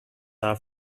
are